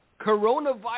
coronavirus